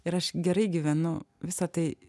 ir aš gerai gyvenu visa tai